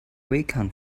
wacom